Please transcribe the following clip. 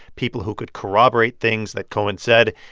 people who could corroborate things that cohen said.